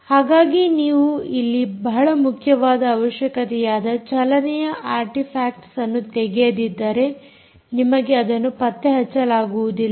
ಹಾಗಾಗಿ ನೀವು ಇಲ್ಲಿ ಬಹಳ ಮುಖ್ಯವಾದ ಅವಶ್ಯಕತೆಯಾದ ಚಲನೆಯ ಆರ್ಟಿಫ್ಯಾಕ್ಟ್ಅನ್ನು ತೆಗೆಯದಿದ್ದರೆ ನಿಮಗೆ ಅದನ್ನು ಪತ್ತೆಹಚ್ಚಲಾಗುವುದಿಲ್ಲ